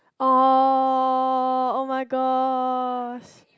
oh oh-my-gosh